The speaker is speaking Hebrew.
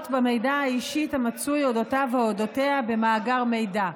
במידע האישי המצוי על אודותיו ועל אודותיה במאגר מידע.